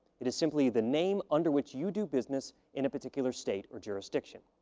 it is simply the name under which you do business in a particular state or jurisdiction.